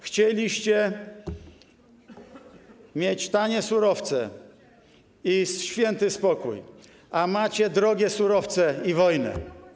Chcieliście mieć tanie surowce i święty spokój, a macie drogie surowce i wojnę.